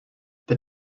the